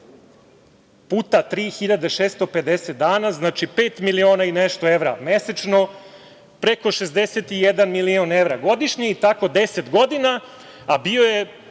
puta 3.650 dana, znači pet miliona i nešto evra mesečno, preko 61 milion evra godišnje i tako 10 godina, a bio je